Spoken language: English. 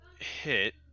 hit